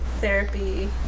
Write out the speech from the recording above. therapy